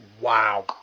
Wow